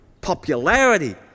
Popularity